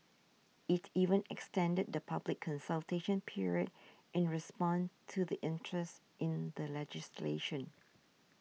it even extended the public consultation period in response to the interest in the legislation